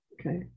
Okay